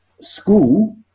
school